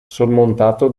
sormontato